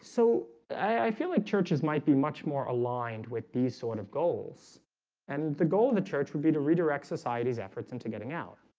so i feel like churches might be much more aligned with these sort of goals and the goal of the church would be to redirect society's efforts into getting out